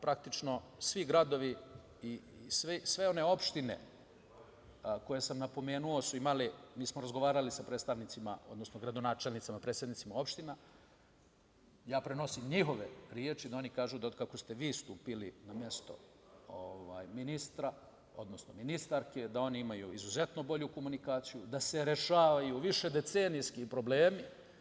Praktično, svi gradovi i sve one opštine koje sam napomenuo su imale, mi smo razgovarali sa predstavnicima, odnosno gradonačelnicima, predsednicima opština, ja prenosim njihove reči, a oni kažu da otkako ste vi stupili na mesto ministra, odnosno ministarke, da oni imaju izuzetno bolju komunikaciju, da se rešavaju višedecenijski problemi.